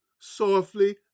Softly